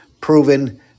proven